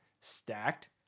Stacked